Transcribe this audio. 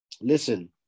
Listen